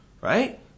right